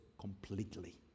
completely